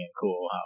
cool